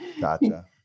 Gotcha